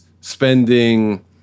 spending